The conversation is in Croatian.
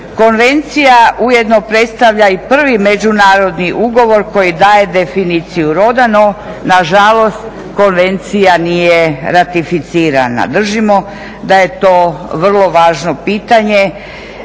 Konvencija ujedno predstavlja i prvi međunarodni ugovor koji daje definiciju … nažalost konvencija nije ratificirana. Držimo da je to vrlo važno pitanje